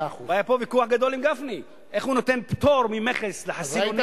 והיה כאן ויכוח גדול עם חבר הכנסת גפני,